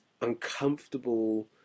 uncomfortable